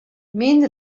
мин